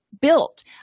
built